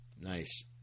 Nice